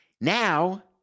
Now